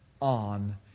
on